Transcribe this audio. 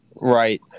Right